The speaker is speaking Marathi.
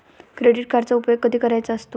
क्रेडिट कार्डचा उपयोग कधी करायचा असतो?